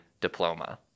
diploma